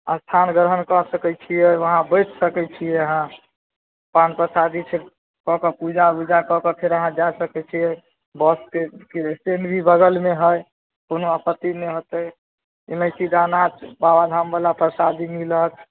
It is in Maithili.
अस्थान ग्रहण कऽ सकै छिए वहाँ बैठि सकै छिए अहाँ पान परसादी छै कऽ कऽ पूजा उजा कऽ कऽ अहाँ जा सकै छिए बसके स्टैन्ड भी बगलमे हइ कोनो आपत्ति नहि होतै इलाइची दाना बाबाधामवला परसादी मिलत